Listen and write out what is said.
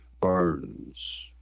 burns